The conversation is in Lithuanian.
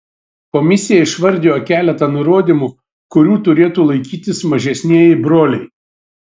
komisija išvardijo keletą nurodymų kurių turėtų laikytis mažesnieji broliai